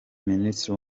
minisitiri